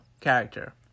character